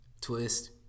twist